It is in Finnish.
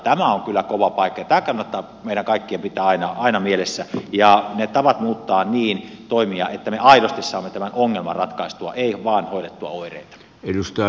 tämä on kyllä kova paikka ja tämä kannattaa meidän kaikkien pitää aina mielessä ja ne tavat toimia muuttaa niin että me aidosti saamme tämän ongelman ratkaistua emme vain hoidettua oireita